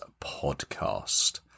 podcast